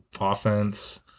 offense